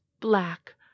black